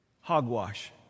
hogwash